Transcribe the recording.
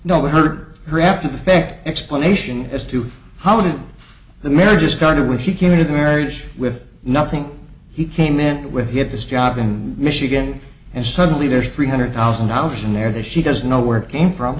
we heard her after the fact explanation as to how did the mirror just started when she came into the marriage with nothing he came in with he had this job in michigan and suddenly there's three hundred thousand dollars in there that she doesn't know where it came from